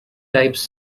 types